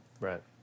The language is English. Right